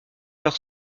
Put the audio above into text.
leur